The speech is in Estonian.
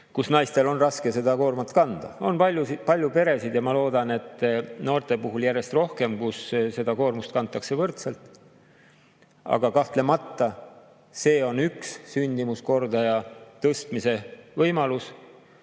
kui naistel on raske seda koormat kanda. On palju peresid ja ma loodan, et noorte puhul järjest rohkem, kus seda koormust kantakse võrdselt. Aga kahtlemata on see üks sündimuskordaja tõstmise võimalus: